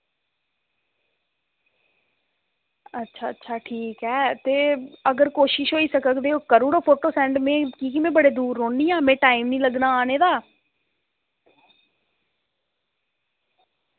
अच्छा अच्छा ठीक ऐ ते अगर कोशिश होई सकग ते ओ करूड़ो फोटो सैंड मैं कि की मैं बड़े दूर रोह्नी आं मैं टाइम नी लग्गना आने दा